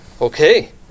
Okay